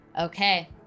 okay